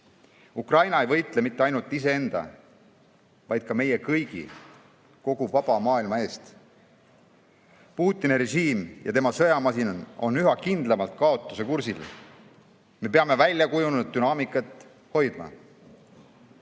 Ukraina ei võitle mitte ainult iseenda, vaid meie kõigi, kogu vaba maailma eest. Putini režiim ja tema sõjamasin on üha kindlamalt kaotuse kursil. Me peame väljakujunenud dünaamikat hoidma.